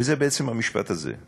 וזה בעצם המשפט הזה,